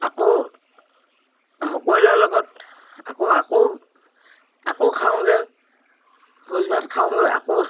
আকৌ সকলোৰে লগত আকৌ আকৌ আকৌ খাওঁগে ভোজ ভাত খাওঁগে আকৌ